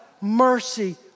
mercy